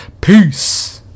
Peace